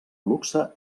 luxe